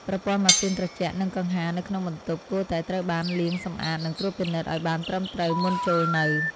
ប្រព័ន្ធម៉ាស៊ីនត្រជាក់និងកង្ហារនៅក្នុងបន្ទប់គួរតែត្រូវបានលាងសម្អាតនិងត្រួតពិនិត្យឱ្យបានត្រឹមត្រូវមុនចូលនៅ។